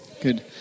Good